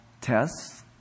tests